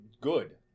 good